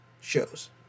shows